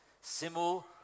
Simul